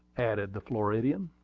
added the floridian.